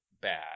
bad